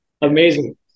Amazing